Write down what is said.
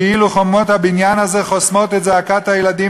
כאילו חומות הבניין הזה חוסמות את זעקת הילדים